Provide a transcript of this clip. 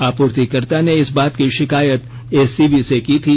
आपूर्तिकर्ता ने इस बात की शिकायत एसीबी से की थी